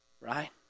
Right